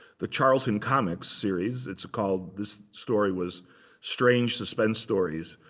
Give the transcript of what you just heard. the charleton comic series. it's called, this story was strange suspense stories,